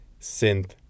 synth